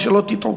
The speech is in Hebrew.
שלא תטעו.